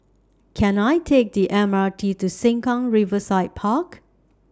Can I Take The M R T to Sengkang Riverside Park